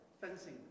fencing